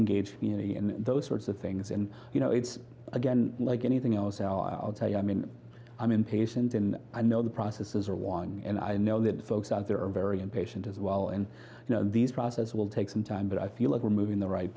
engage in those sorts of things and you know it's again like anything else i'll tell you i mean i'm impatient and i know the processes are won and i know that folks out there are very impatient as well and these process will take some time but i feel like we're moving the right